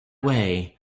way